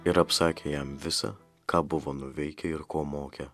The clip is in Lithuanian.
ir apsakė jam visa ką buvo nuveikę ir ko mokę